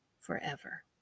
forever